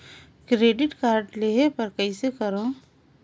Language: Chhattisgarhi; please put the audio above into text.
क्रेडिट कारड लेहे बर कइसे करव?